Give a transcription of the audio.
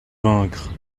vaincre